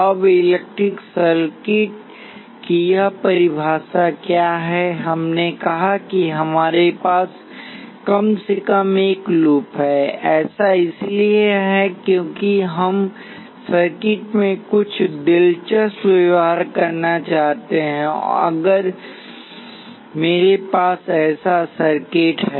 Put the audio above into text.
अब electrical circuit की यह परिभाषा क्या है हमने कहा कि हमारे पास कम से कम एक लूप है ऐसा इसलिए है क्योंकि हम सर्किट में कुछ दिलचस्प व्यवहार करना चाहते हैं अगर मेरे पास ऐसा सर्किट है